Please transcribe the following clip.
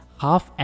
half